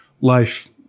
life